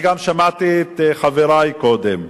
אני גם שמעתי את חברי קודם.